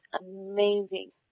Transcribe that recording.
amazing